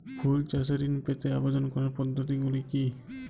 ফুল চাষে ঋণ পেতে আবেদন করার পদ্ধতিগুলি কী?